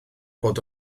bod